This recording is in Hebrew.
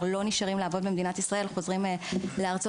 לא נשארים לעבוד במדינת ישראל וחוזרים לארצות-הברית.